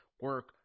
Work